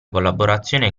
collaborazione